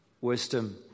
wisdom